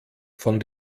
von